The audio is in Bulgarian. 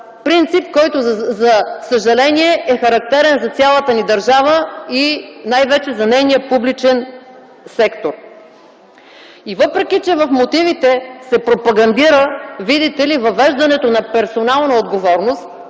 принцип, който, за съжаление, е характерен за цялата ни държава и най-вече за нейния публичен сектор. Въпреки че в мотивите се пропагандира, видите ли, въвеждането на персонална отговорност